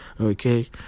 okay